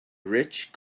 rich